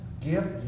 gift